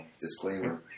disclaimer